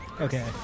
Okay